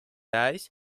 ice